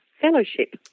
Fellowship